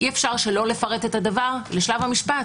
אי אפשר שלא לפרט את הדברים בשלב המשפט,